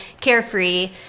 carefree